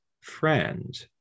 friend